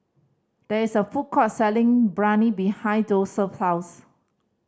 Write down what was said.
there is a food court selling Biryani behind Joeseph's house